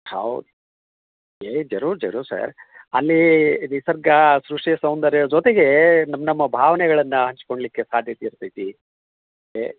ಹೌದು ಏ ಜರೂರ್ ಜರೂರ್ ಸರ್ ಅಲ್ಲೀ ನಿಸರ್ಗ ದೃಶ್ಯ ಸೌಂದರ್ಯದ ಜೊತೆಗೆ ನಮ್ಮ ನಮ್ಮ ಭಾವನೆಗಳನ್ನ ಹಂಚ್ಕೊಳ್ಳಿಕ್ಕೆ ಸಾಧ್ಯತೆ ಇರ್ತೈತಿ ಏ